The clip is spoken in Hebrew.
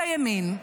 של הימין,